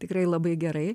tikrai labai gerai